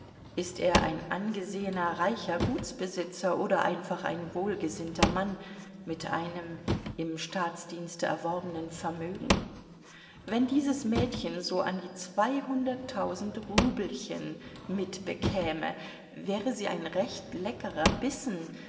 ist er ein angesehener reicher gutsbesitzer oder einfach ein wohlgesinnter mann mit einem im staatsdienste erworbenen vermögen wenn dieses mädchen so an die zweihunderttausend rubelchen mitbekäme wäre sie ein recht leckerer bissen